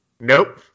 Nope